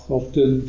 often